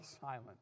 silent